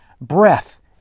breath